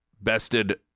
bested